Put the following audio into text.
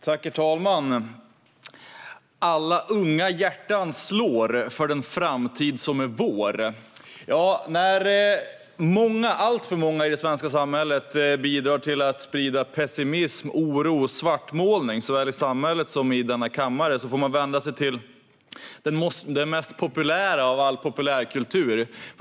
Herr talman! "Alla unga hjärtan slår för den framtid som är vår." När alltför många i det svenska samhället bidrar till att sprida pessimism, oro och svartmålning, också i denna kammare, får man vända sig till den mest populära av all populärkultur.